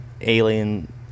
alien